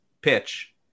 pitch